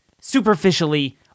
superficially